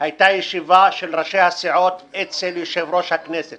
הייתה ישיבה של ראשי הסיעות אצל יושב-ראש הכנסת